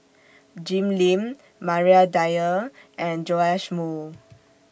Jim Lim Maria Dyer and Joash Moo